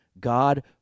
God